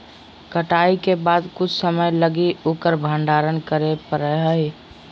कटाई के बाद कुछ समय लगी उकर भंडारण करे परैय हइ